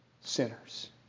sinners